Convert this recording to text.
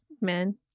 men